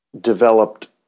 developed